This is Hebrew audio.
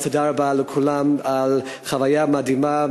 תודה רבה לכולם על חוויה מדהימה.